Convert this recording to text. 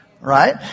Right